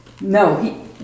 No